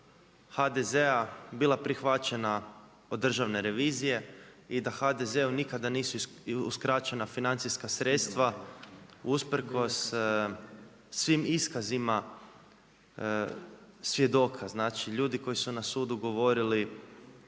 HDZ-a bila prihvaćena od Državne revizije i da HDZ-u nikada nisu uskraćena financijska sredstva usprkos svim iskazima svjedoka, znači ljudi koji su na sudu govorili